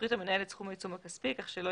יפחית המנהל את סכום העיצום הכספי כך שלא